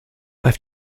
i’ve